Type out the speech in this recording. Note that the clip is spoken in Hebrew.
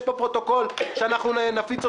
יש פה פרוטוקול שאנחנו נפיץ אותו לכולם.